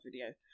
video